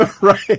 Right